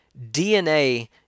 DNA